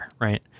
right